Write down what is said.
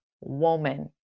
woman